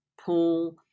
pool